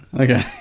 Okay